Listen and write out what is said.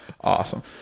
Awesome